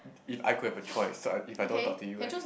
if I could have a choice so I if I don't talk to you eh